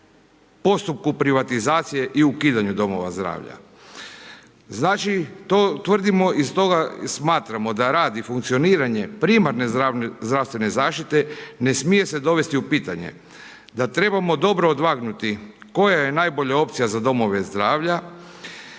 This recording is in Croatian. postupku privatizacije i ukidanju domova zdravlja. Znači to tvrdimo i stoga smatramo da rad i funkcioniranje primarne zdravstvene zaštite ne smije se dovesti u pitanje da trebamo dobro odvagnuti koja je najbolja opcija za domove zdravlja